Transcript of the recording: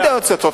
אין דעות סותרות.